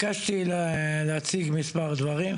התבקשתי להציג מספר דברים.